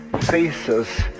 Faces